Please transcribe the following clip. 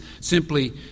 simply